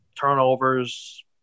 turnovers